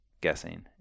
guessing